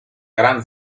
grand